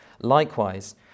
Likewise